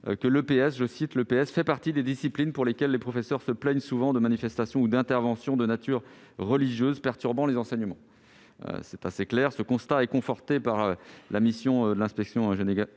déjà ceci :« L'EPS fait partie des disciplines pour lesquelles les professeurs se plaignent souvent de manifestations ou d'interventions de nature religieuse perturbant leur enseignement. » Ce constat a été conforté par la mission de l'inspection générale